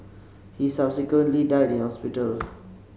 he subsequently died in hospital